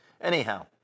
Anyhow